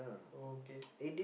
okay